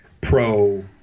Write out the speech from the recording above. pro-